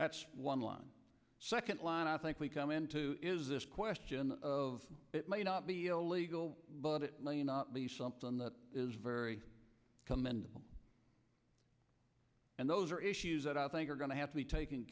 that's one line second line i think we come into is this question of it may not be illegal but it may not be something that is very commendable and those are issues that i think are going to have to be taken